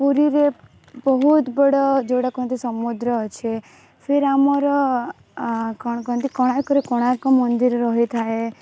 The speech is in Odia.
ପୁରୀରେ ବହୁତ ବଡ଼ ଯେଉଁଟା କହନ୍ତି ସମୁଦ୍ର ଅଛି ଫିର ଆମର କ'ଣ କୁହନ୍ତି କୋଣାର୍କରେ କୋଣାର୍କ ମନ୍ଦିର ରହିଥାଏ